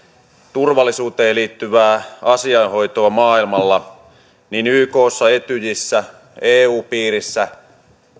turvallisuuteen liittyvää asiainhoitoa maailmalla ykssa etyjissä eun piirissä